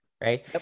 right